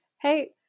Hey